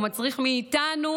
ומצריך מאיתנו,